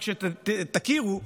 רק שתכירו,